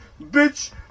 bitch